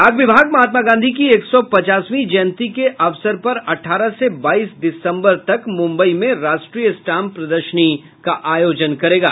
डाक विभाग महात्मा गांधी की एक सौ पचासवीं जयंती के अवसर पर अठारह से बाईस दिसंबर तक मुंबई में राष्ट्रीय स्टाम्प प्रदर्शनी लगाने जा रहा है